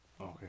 Okay